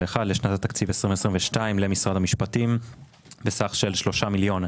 לשנת התקציב 2022 למשרד המשפטים בסך של שלושה מיליון.